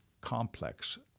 complex